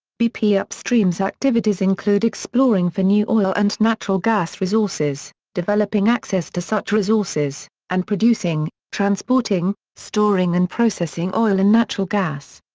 bp upstream's activities include exploring for new oil and natural gas resources, developing access to such resources, and producing, transporting, storing and processing oil and natural gas.